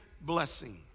blessing